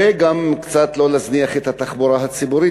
וגם קצת לא להזניח את התחבורה הציבורית.